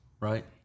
right